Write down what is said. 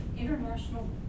international